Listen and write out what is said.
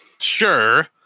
Sure